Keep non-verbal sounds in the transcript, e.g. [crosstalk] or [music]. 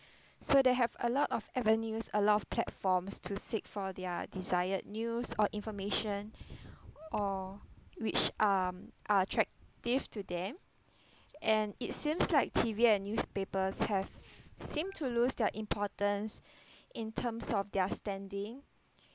so they have a lot of avenues a lot of platforms to seek for their desired news or information [breath] or which um are attractive to them and it seems like T_V and newspapers have seemed to lose their importance [breath] in terms of their standing